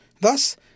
Thus